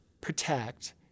protect